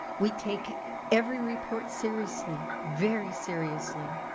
we take every report seriously, very seriously.